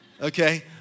okay